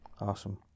Awesome